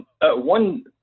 One